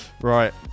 right